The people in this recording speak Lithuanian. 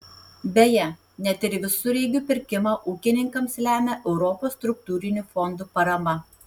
beje net ir visureigių pirkimą ūkininkams lemia europos struktūrinių fondų parama